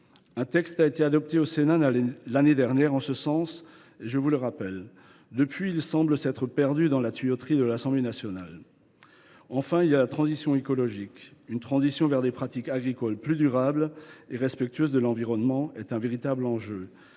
Un texte a été adopté au Sénat, l’année dernière, en ce sens ; depuis, il semble s’être perdu dans la tuyauterie de l’Assemblée nationale… Enfin, la transition écologique vers des pratiques agricoles plus durables et respectueuses de l’environnement est un véritable enjeu.